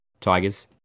Tigers